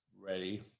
ready